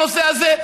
הנושא הזה,